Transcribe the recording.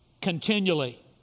continually